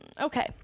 Okay